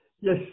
Yes